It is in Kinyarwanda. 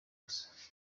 gusa